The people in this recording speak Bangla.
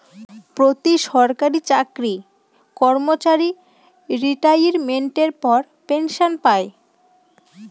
প্রতি সরকারি চাকরি কর্মচারী রিটাইরমেন্টের পর পেনসন পায়